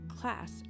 class